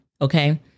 Okay